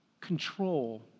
control